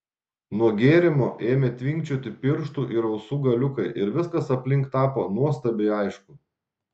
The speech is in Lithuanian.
nuo gėrimo ėmė tvinkčioti pirštų ir ausų galiukai ir viskas aplink tapo nuostabiai aišku